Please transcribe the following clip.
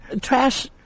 trash